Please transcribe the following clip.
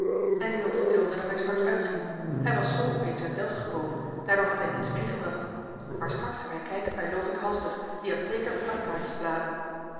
en leo vertelde dat hij straks uitging hij was zoo opeens uit delft gekomen daardoor had hij niets meegebracht maar straks zou hij kijken bij lovink halster die had zeker